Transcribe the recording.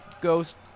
ghost